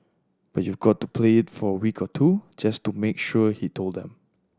but you've got to play it for a week or two just to make sure he told them